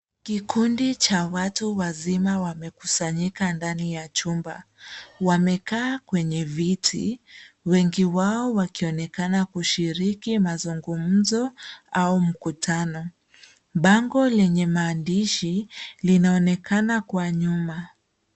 Kikundi cha watu wazima wamekusanyika ndani ya chumba. Wamekaa kwenye viti wengi wao wakionekana kushiriki mazungumzo au mkutano. Bango lenye maandishi linaonekana kwa nyuma.